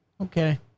Okay